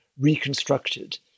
reconstructed